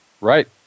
Right